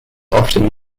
often